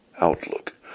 outlook